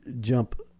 jump